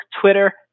Twitter